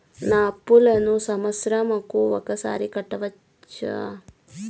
నా అప్పును సంవత్సరంకు ఒకసారి కట్టవచ్చా?